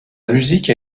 musique